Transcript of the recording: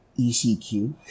ECQ